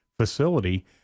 facility